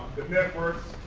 the networks,